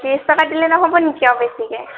ত্ৰিছ টকাত দিলে নহ'ব নেকি আৰু বেছিকৈ